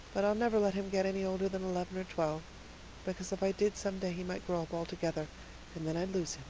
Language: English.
but i'll never let him get any older than eleven or twelve because if i did some day he might grow up altogether and then i'd lose